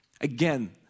Again